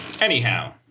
anyhow